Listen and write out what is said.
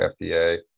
fda